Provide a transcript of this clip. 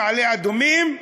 במעלה-אדומים,